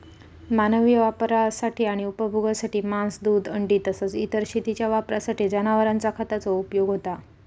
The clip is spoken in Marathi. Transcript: मानवी वापरासाठी आणि उपभोगासाठी मांस, दूध, अंडी तसाच इतर शेतीच्या वापरासाठी जनावरांचा खताचो उपयोग होता